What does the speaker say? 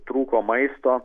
trūko maisto